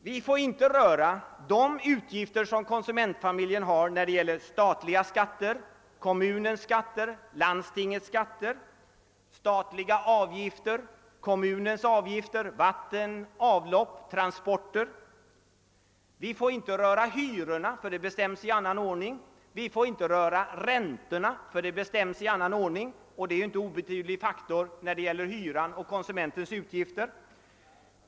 Vi får inte röra de utgifter som konsumentfamiljen har i form av statens skatter, kommunens skatter, landstingets skatter, statens avgifter, kommunens avgifter för vatten, avlopp, transporter osv. Vi får inte röra hyrorna, ty de bestäms i annan ordning. Vi får inte röra räntorna, ty de bestäms också i annan ordning — och de är ingen obetydlig faktor när det gäller hyran och konsumenternas utgifter.